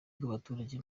bw’abaturage